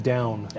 Down